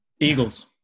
Eagles